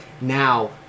Now